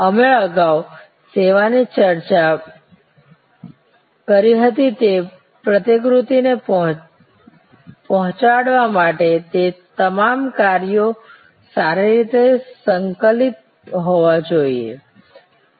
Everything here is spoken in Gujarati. અમે અગાઉ સેવાની ચર્ચા કરી હતી તે પ્રતિકૃતિ ને પહોંચાડવા માટે તે તમામ કાર્યો સારી રીતે સંકલિત હોવા જોઈએ